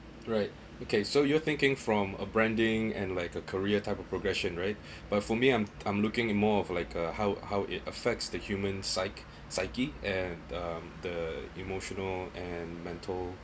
right okay so you're thinking from a branding and like a career type of progression right but for me I'm I'm looking more of like a how how it affects the human psych~ psyche and the emotional and mental